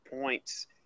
points